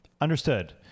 understood